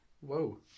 Whoa